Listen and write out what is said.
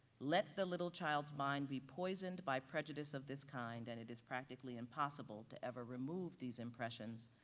let the little child's mind be poisoned by prejudice of this kind and it is practically impossible to ever remove these impressions,